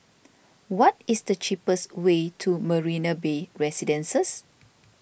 what is the cheapest way to Marina Bay Residences